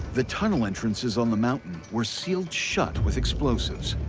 the tunnel entrances on the mountain were sealed shut with explosives.